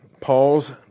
Paul's